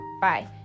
Bye